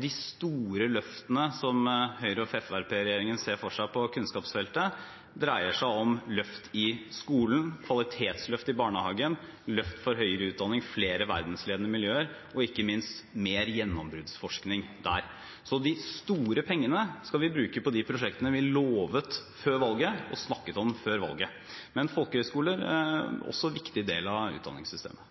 de store løftene som Høyre–Fremskrittsparti-regjeringen ser for seg på kunnskapsfeltet, dreier seg om løft i skolen, kvalitetsløft i barnehagen, løft for høyere utdanning, flere verdensledende miljøer og ikke minst mer gjennombruddsforskning der. Så de store pengene skal vi bruke på de prosjektene vi lovet og snakket om før valget. Men folkehøyskoler er også en viktig del av utdanningssystemet.